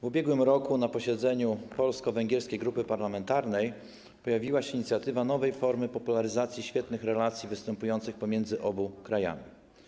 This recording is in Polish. W ubiegłym roku na posiedzeniu Polsko-Węgierskiej Grupy Parlamentarnej pojawiła się inicjatywa nowej formy popularyzacji świetnych relacji występujących pomiędzy oboma krajami.